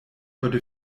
heute